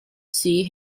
see